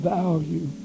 value